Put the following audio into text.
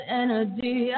energy